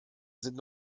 sind